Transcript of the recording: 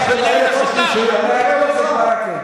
בעזה, אתה שותף.